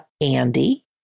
Andy